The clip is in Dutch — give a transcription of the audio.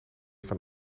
van